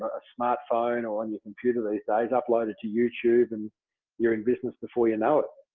a smartphone or on your computer these days uploaded to youtube and you're in business before you know it.